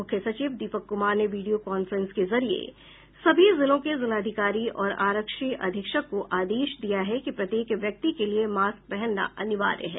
मुख्य सचिव दीपक कुमार ने विडियो कांफ्रेंस के जरिए सभी जिलों के जिलाधिकारी और आरक्षी अधीक्षक को आदेश दिया है कि प्रत्येक व्यक्ति के लिए मास्क पहना अनिवार्य है